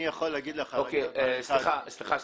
אני יכול להגיד לך --- סליחה שנייה,